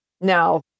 Now